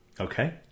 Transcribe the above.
Okay